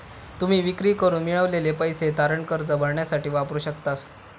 तुम्ही विक्री करून मिळवलेले पैसे तारण कर्ज भरण्यासाठी वापरू शकतास